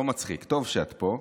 לא מצחיק, טוב שאת פה.